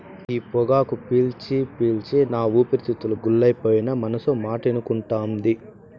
ఈ పొగాకు పీల్చి పీల్చి నా ఊపిరితిత్తులు గుల్లైపోయినా మనసు మాటినకుంటాంది